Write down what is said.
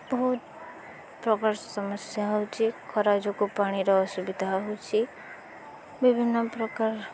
ବହୁତ ପ୍ରକାର ସମସ୍ୟା ହେଉଛି ଖରା ଯୋଗୁଁ ପାଣିର ଅସୁବିଧା ହେଉଛି ବିଭିନ୍ନପ୍ରକାର